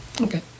Okay